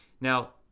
Now